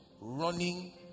running